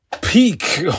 peak